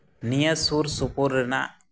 ᱱᱤᱭᱟᱹ ᱥᱩᱨ ᱥᱩᱯᱩᱨ ᱨᱮᱱᱟᱜ